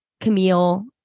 Camille